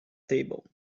table